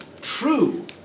true